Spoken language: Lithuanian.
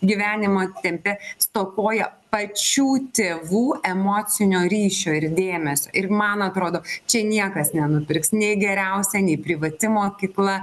gyvenimo tempe stokoja pačių tėvų emocinio ryšio ir dėmesio ir man atrodo čia niekas nenupirks nei geriausia nei privati mokykla